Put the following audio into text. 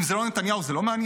אם זה לא נתניהו, זה לא מעניין?